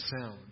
sound